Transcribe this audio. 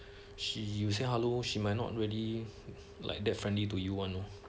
she you say hello she might not really like that friendly to you one lor